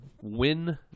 win